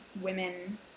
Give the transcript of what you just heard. women